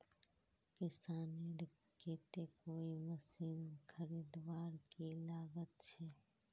किसानेर केते कोई मशीन खरीदवार की लागत छे?